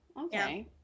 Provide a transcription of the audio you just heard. okay